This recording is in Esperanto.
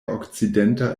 okcidenta